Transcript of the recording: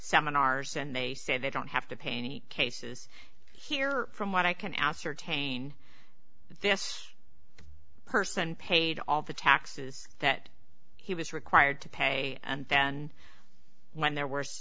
seminars and they say they don't have to pay any cases here from what i can ascertain this person paid all the taxes that he was required to pay and then when their worse